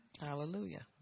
hallelujah